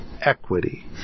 equity